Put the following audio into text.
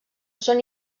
són